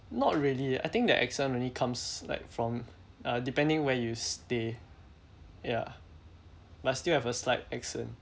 not really I think their accent really comes like from uh depending where you stay ya but still have a slight accent